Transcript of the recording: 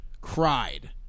cried